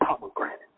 Pomegranate